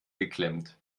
geklemmt